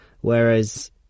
whereas